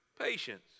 patience